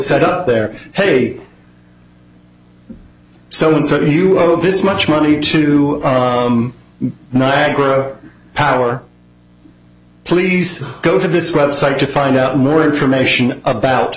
set up there hey so and so you owe this much money to niagara power please go to this website to find out more information about